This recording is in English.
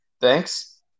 Thanks